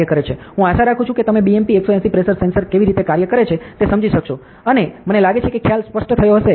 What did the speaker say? હું આશા રાખું છું કે તમે BMP 180 પ્રેશર સેન્સર કેવી રીતે કાર્ય કરે છે તે સમજી શકશો અને મને લાગે છે કે ખ્યાલ સ્પષ્ટ છે